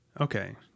okay